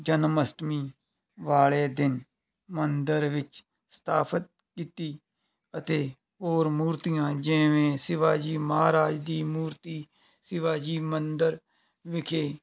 ਜਨਮ ਅਸ਼ਟਮੀ ਵਾਲੇ ਦਿਨ ਮੰਦਰ ਵਿੱਚ ਸਥਾਪਤ ਕੀਤੀ ਅਤੇ ਹੋਰ ਮੂਰਤੀਆਂ ਜਿਵੇਂ ਸ਼ਿਵਾਜੀ ਮਹਾਰਾਜ ਦੀ ਮੂਰਤੀ ਸ਼ਿਵਾ ਜੀ ਮੰਦਰ ਵਿਖੇ